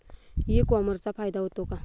E कॉमर्सचा फायदा होतो का?